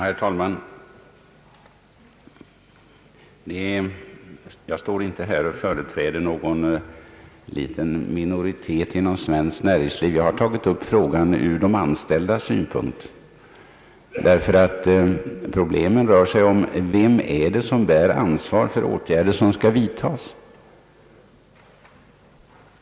Herr talman! Jag företräder inte här någon liten minoritet inom svenskt näringsliv. Jag har tagit upp frågan ur de anställdas synpunkt. Problemet gäller nämligen vem det är som bär ansvaret för åtgärder som skall vidtas.